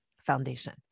foundation